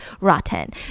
rotten